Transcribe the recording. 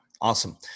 Awesome